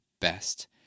best